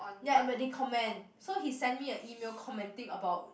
ya but they comment so he send me a email commenting about